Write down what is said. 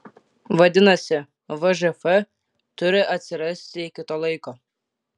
vadinasi vžf turi atsirasti iki to laiko